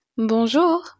Bonjour